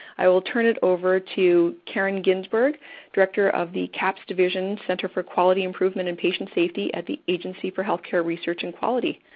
i will turn it over to caren ginsberg, director of the cahps division center for quality improvement and patient safety at the agency for healthcare research and quality.